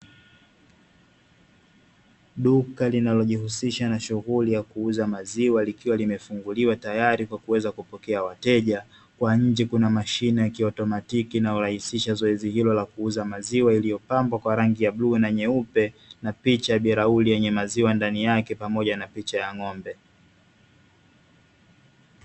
Duka linalojihusisha na shughuli ya kuuza maziwa likiwa limefunguliwa tayari kwa kuweza kupokea wateja. Kwa nje kuna mashine ya kiautomatiki inayorahisisha zoezi hilo la kuuza maziwa, iliyopambwa kwa rangi ya blue na nyeupe, na picha ya birauli yenye maziwa ndani yake, pamoja na picha ya ng'ombe.